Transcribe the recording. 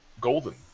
golden